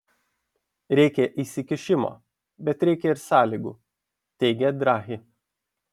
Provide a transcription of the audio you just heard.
reikia įsikišimo bet reikia ir sąlygų teigė draghi